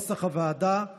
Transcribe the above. כמה הסתייגויות.